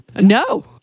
No